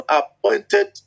appointed